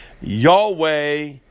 Yahweh